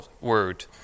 Word